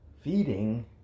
feeding